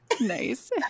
Nice